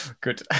good